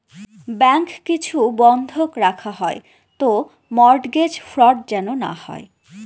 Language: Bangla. ব্যাঙ্ক কিছু বন্ধক রাখা হয় তো মর্টগেজ ফ্রড যেন না হয়